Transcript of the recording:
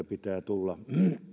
pitää tulla